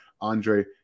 Andre